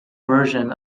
version